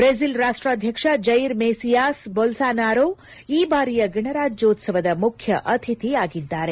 Brazil ಅಧ್ಯಕ್ಷ Jair Messias Bolsonaro ಈ ಬಾರಿಯ ಗಣರಾಜ್ಗೋತ್ಸವದ ಮುಖ್ಯ ಅತಿಥಿಯಾಗಿದ್ದಾರೆ